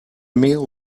meal